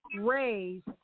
raised